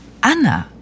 Anna